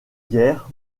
guerre